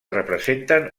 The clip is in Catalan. representen